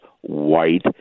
white